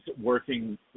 working